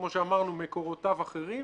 כמו שאמרנו מקורותיו אחרים,